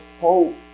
hope